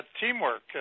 teamwork